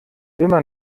immer